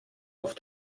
auf